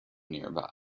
nearby